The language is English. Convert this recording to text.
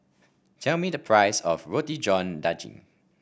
tell me the price of Roti John Daging